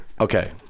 Okay